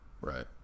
right